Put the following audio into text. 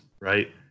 right